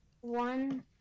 One